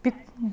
b~